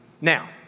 Now